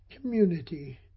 community